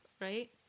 right